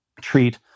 treat